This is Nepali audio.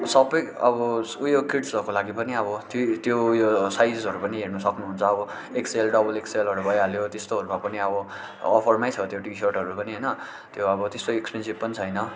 सबै अब उयो किट्सहरूको लागि पनि अब त्यो त्यो उयो साइजहरू पनि हेर्नु सक्नुहुन्छ अब एक्सएल डब्बल एसएलहरू भइहाल्यो त्यस्तोहरूमा पनि अब अफरमै छ त्यो टी सर्टहरू पनि होइन त्यो अब त्यस्तो एक्सपेनसिभ पनि छैन